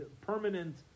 permanent